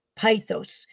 Pythos